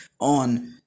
on